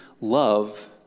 love